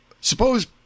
suppose